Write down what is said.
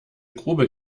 grube